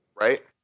right